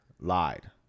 lied